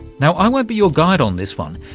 now, i won't be your guide on this one,